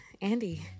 Andy